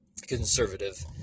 conservative